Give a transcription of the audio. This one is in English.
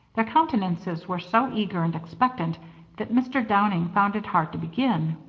their countenances were so eager and expectant that mr. downing found it hard to begin.